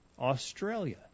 Australia